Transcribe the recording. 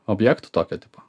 objektų tokio tipo